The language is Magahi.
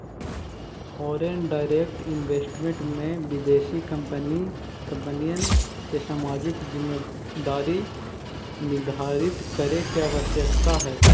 फॉरेन डायरेक्ट इन्वेस्टमेंट में विदेशी कंपनिय के सामाजिक जिम्मेदारी निर्धारित करे के आवश्यकता हई